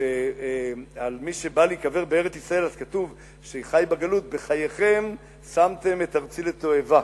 על מי שבא להיקבר בארץ-ישראל וחי בגלות: בחייכם שמתם את ארצי לתועבה,